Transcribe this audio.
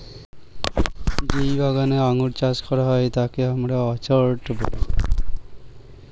যেই বাগানে আঙ্গুর চাষ হয় তাকে আমরা অর্চার্ড বলি